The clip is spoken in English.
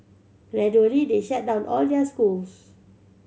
gradually they shut down all their schools